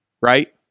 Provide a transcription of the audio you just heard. Right